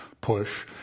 push